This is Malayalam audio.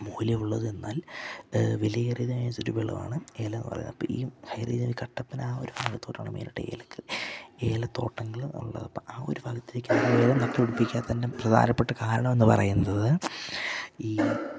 മൂല്യമുള്ളത് എന്നാൽ വിലയേറിയതായ ഒരു വിളയാണ് ഏലം എന്നു പറയുന്നത് അപ്പം ഈ ഹൈറേഞ്ച് കട്ടപ്പന ആ ഒരു ഭാഗത്തോട്ടാണ് മെയിനായിട്ട് ഏലക്ക ഏലത്തോട്ടങ്ങൾ ഉള്ളത് അപ്പം ആ ഒരു ഭാഗത്തേക്ക് ഏലം നട്ടു പിടിപ്പിക്കാത്തതിൻ്റെ പ്രധാനപ്പെട്ട കാരണം എന്നു പറയുന്നത് ഈ